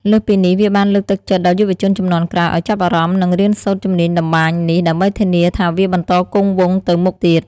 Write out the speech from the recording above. លើសពីនេះ វាបានលើកទឹកចិត្តដល់យុវជនជំនាន់ក្រោយឲ្យចាប់អារម្មណ៍ និងរៀនសូត្រជំនាញតម្បាញនេះ ដើម្បីធានាថាវាបន្តគង់វង្សទៅមុខទៀត។